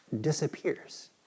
disappears